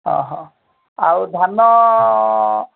ଅଃ ଆଉ ଧାନ